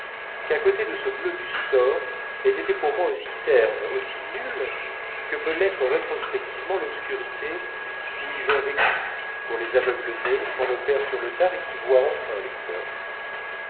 qu'à côté de ce bleu du store elles étaient pour moi aussi ternes aussi nulles que peut l'être rétrospectivement l'obscurité où ils ont vécu pour les aveugles nés qu'on opère sur le tard et qui voient enfin les couleurs